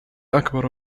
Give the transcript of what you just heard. أكبر